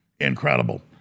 incredible